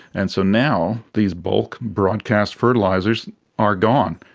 and so now these bulk broadcast fertilisers are gone.